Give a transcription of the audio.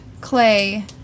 Clay